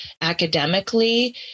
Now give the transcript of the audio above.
academically